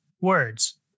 words